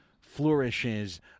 flourishes